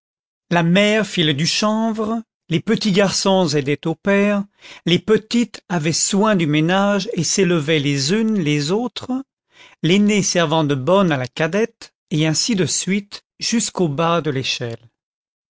la mère filait du chanvre les petits garçons aidaient au père les petites avaient soin du mé nage et s'élevaient les unes les autres l'aînée servant de bonne à la cadette et ainsi de suit jusqu'au bas de l'échelle